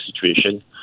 situation